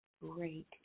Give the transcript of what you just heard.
Great